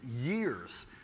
years